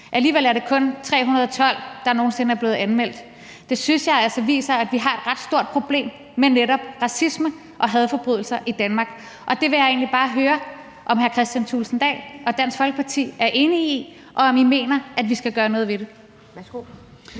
Alligevel er det kun 312, der nogen sinde er blevet anmeldt. Det synes jeg altså viser at vi har et ret stort problem med netop racisme og hadforbrydelser i Danmark, og der vil jeg egentlig bare gerne høre, om hr. Kristian Thulesen Dahl og Dansk Folkeparti er enige i det, og om I mener, at vi skal gøre noget ved det.